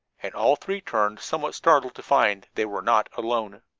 and all three turned, somewhat startled to find they were not alone.